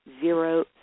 zero